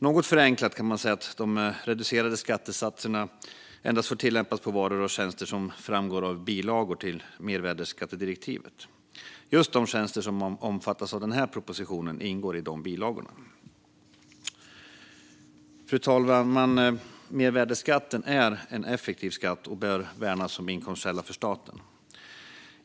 Något förenklat kan man säga att de reducerade skattesatserna endast får tillämpas på de varor och tjänster som framgår av bilagor till mervärdesskattedirektivet. Just de tjänster som omfattas av denna proposition ingår i dessa bilagor. Fru talman! Mervärdesskatten är en effektiv skatt och bör värnas som intäktskälla för staten.